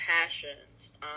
passions